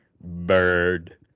Bird